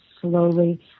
slowly